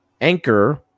Anchor